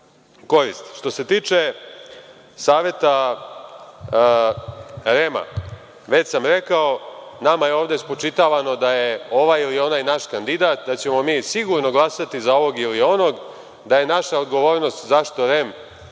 se tiče Saveta REM-a, već sam rekao, nama je ovde spočitavano da je ovaj ili onaj naš kandidat, da ćemo mi sigurno glasati za ovog ili onog, da je naša odgovornost zašto REM nije